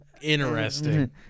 interesting